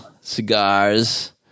cigars